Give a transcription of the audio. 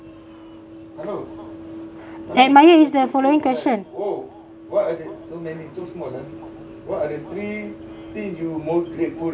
admire is the following question